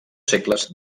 segles